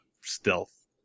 stealth